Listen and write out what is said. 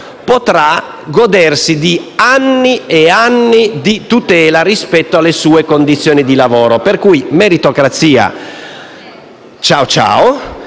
potrà godere di anni e anni di tutela rispetto alle sue condizioni di lavoro. Pertanto: «meritocrazia, ciao ciao».